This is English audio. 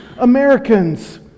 Americans